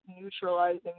neutralizing